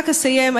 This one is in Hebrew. רק אסיים,